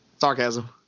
sarcasm